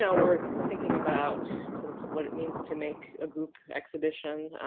so we're thinking about sort of what it means to make a group exhibition